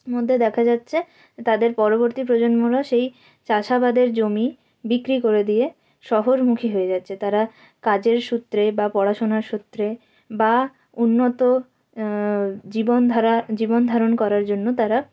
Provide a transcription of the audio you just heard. মধ্যে দেখা যাচ্ছে তাদের পরবর্তী প্রজন্মরা সেই চাষাবাদের জমি বিক্রি করে দিয়ে শহরমুখী হয়ে যাচ্ছে তারা কাজের সূত্রে বা পড়াশোনার সূত্রে বা উন্নত জীবনধারা জীবনধারণ করার জন্য তারা